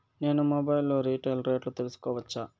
నేను మొబైల్ లో రీటైల్ రేట్లు తెలుసుకోవచ్చా?